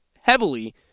heavily